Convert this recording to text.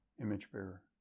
image-bearer